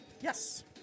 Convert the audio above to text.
Yes